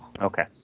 Okay